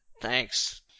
Thanks